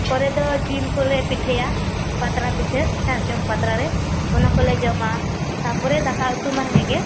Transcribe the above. ᱠᱚᱨᱮᱫᱚ ᱡᱤᱞ ᱠᱚᱞᱮ ᱯᱤᱴᱨᱷᱟᱹᱭᱟ ᱯᱟᱛᱲᱟ ᱯᱤᱴᱷᱟᱹ ᱥᱟᱨᱡᱚᱢ ᱯᱟᱛᱲᱟ ᱨᱮ ᱚᱱᱟ ᱠᱚᱞᱮ ᱡᱚᱢᱟ ᱛᱟᱯᱚᱨᱮ ᱫᱟᱠᱟ ᱩᱛᱩ ᱢᱟ ᱦᱮᱸ ᱜᱮ